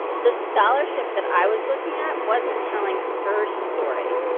the scholarship that i was looking at wasn't telling her story.